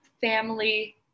family